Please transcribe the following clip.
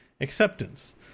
acceptance